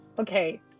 Okay